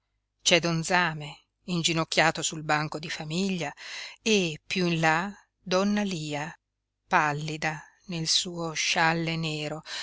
lí c'è don zame inginocchiato sul banco di famiglia e piú in là donna lia pallida nel suo scialle nero